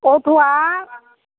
अट'आ